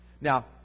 Now